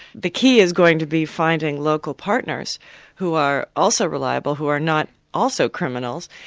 the key is going to be finding local partners who are also reliable, who are not also criminals.